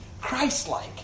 Christ-like